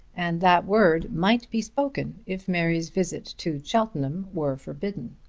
and that word might be spoken, if mary's visit to cheltenham were forbidden.